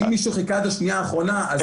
אם מישהו חיכה עד השנייה האחרונה,